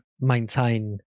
maintain